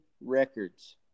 records